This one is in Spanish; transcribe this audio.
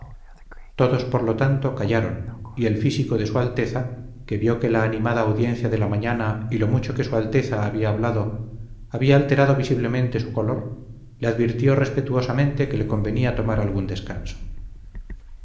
todos por lo tanto callaron y el físico de su alteza que vio que la animada audiencia de la mañana y lo mucho que su alteza había hablado había alterado visiblemente su color le advirtió respetuosamente que le convenía tomar algún descanso